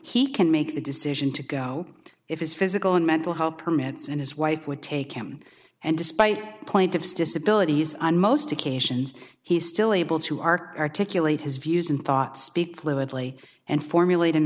he can make the decision to go if his physical and mental health permits and his wife would take him and despite plaintiff's disability on most occasions he's still able to arc articulate his views and thoughts speak fluently and formulate an